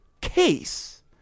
case